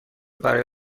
برای